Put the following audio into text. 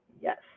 Yes